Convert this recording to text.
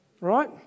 Right